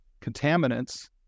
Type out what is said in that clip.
contaminants